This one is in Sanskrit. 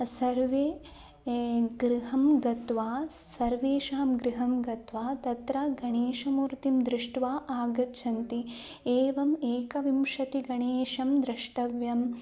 सर्वे गृहं गत्वा सर्वेषां गृहं गत्वा तत्र गणेशमूर्तिं दृष्ट्वा आगच्छन्ति एवम् एकविंशतिः गणेशाः द्रष्टव्याः